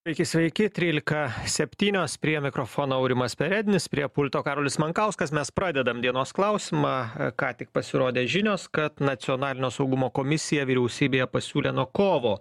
sveiki sveiki trylika septynios prie mikrofono aurimas perednis prie pulto karolis mankauskas mes pradedam dienos klausimą ką tik pasirodė žinios kad nacionalinio saugumo komisija vyriausybėje pasiūlė nuo kovo